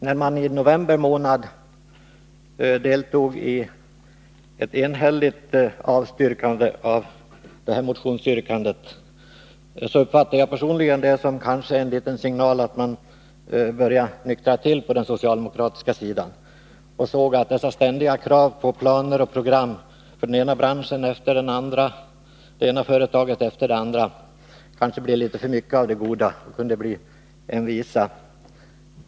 När de i november månad var med om att avstyrka motionsyrkandet uppfattade jag personligen det som en signal till att socialdemokraterna började nyktra till på det här området och insåg att dessa ständiga krav på planer och program för den ena branschen efter den andra, för det ena företaget efter det andra kanske blev för mycket av det goda.